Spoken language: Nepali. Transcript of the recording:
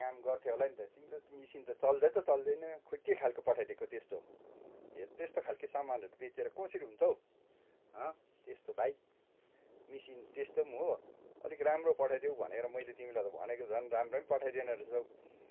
काम गर्थेँ होला नि त तिम्रो त मसिन त चल्दै त चल्दैन खै के खालको पठाइदिएको त्यस्तो ए त्यस्तै खालके सामानहरू बेचेर कसरी हुन्छ हो हँ त्यस्तो भाइ मसिन त्यस्तो पनि हो अलिक राम्रो पठाइदेऊ भनेर मैले तिमीलाई त भनेको झन् राम्रो पनि पठाइदिएन रहेछौ